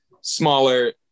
smaller